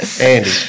Andy